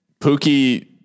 Pookie